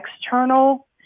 external